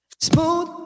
Smooth